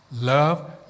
love